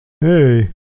Hey